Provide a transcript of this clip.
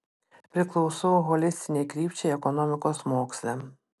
priklausau holistinei krypčiai ekonomikos moksle